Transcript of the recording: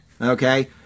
Okay